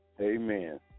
Amen